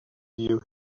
you